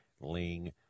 ling